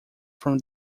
from